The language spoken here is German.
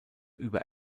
über